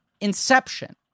inception